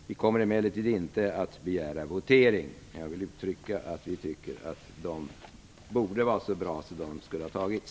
Vi kommer inte att begära votering, men jag vill framhålla att vi tycker att de är så bra att de borde ha godtagits.